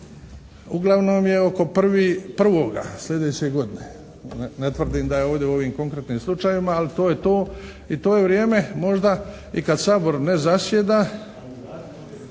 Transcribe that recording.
uglavnom je oko 1.1. sljedeće godine. Ne tvrdim da je ovdje u ovim konkretnim slučajevima, ali to je to i to je vrijeme možda i kad Sabor ne zasjeda